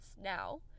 now